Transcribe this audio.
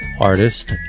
artist